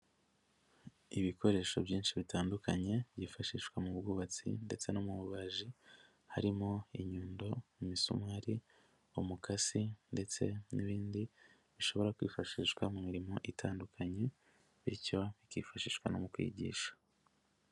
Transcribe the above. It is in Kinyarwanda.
Ibikoresho byinshi bitandukanye byifashishwa mu bwubatsi ndetse no mu bubaji, harimo inyundo, imisumari, umukasi ndetse n'ibindi bishobora kwifashishwa mu mirimo itandukanye, bityo bikifashishwa no mu kwigisha.